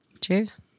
Cheers